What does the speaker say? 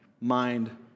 mind